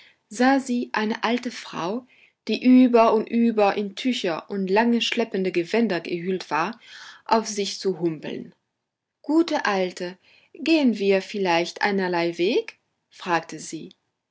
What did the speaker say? sah sie eine alte frau die über und über in tücher und lange schleppende gewänder gehüllt war auf sich zu humpeln gute alte gehen wir vielleicht einerlei weg fragte sie